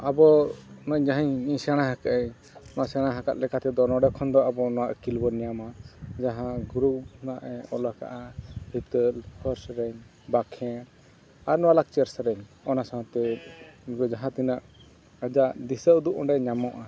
ᱟᱵᱚ ᱱᱚᱣᱟ ᱡᱟᱦᱟᱸ ᱤᱧ ᱥᱮᱬᱟ ᱟᱠᱟᱫᱟᱹᱧ ᱚᱱᱟ ᱥᱮᱬᱟ ᱟᱠᱟᱜ ᱞᱮᱠᱟ ᱛᱮᱫᱚ ᱱᱚᱰᱮ ᱠᱷᱚᱱ ᱫᱚ ᱟᱵᱚ ᱱᱚᱣᱟ ᱟᱹᱠᱤᱞᱵᱚᱱ ᱧᱟᱢᱟ ᱡᱟᱦᱟᱸ ᱜᱩᱨᱩ ᱱᱟᱦᱟᱜ ᱮ ᱚᱞ ᱟᱠᱟᱫᱼᱟ ᱦᱤᱛᱟᱹᱞ ᱦᱚᱲ ᱥᱮᱨᱮᱧ ᱵᱟᱠᱷᱮᱬ ᱟᱨ ᱱᱚᱣᱟ ᱞᱟᱠᱪᱟᱨ ᱥᱮᱨᱮᱧ ᱚᱱᱟ ᱥᱟᱶᱛᱮ ᱟᱵᱚ ᱡᱟᱦᱟᱸ ᱛᱤᱱᱟᱹᱜ ᱟᱭᱟᱜ ᱫᱤᱥᱟᱹ ᱩᱫᱩᱜ ᱚᱸᱰᱮ ᱧᱟᱢᱚᱜᱼᱟ